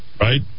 right